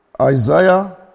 Isaiah